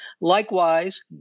Likewise